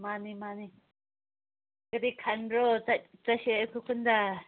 ꯃꯥꯟꯅꯤ ꯃꯥꯟꯅꯤ ꯀꯔꯤ ꯈꯟꯕ꯭ꯔꯣ ꯆꯠꯁꯦ ꯑꯩꯈꯣꯏ ꯈꯨꯟꯗ